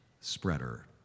spreader